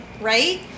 Right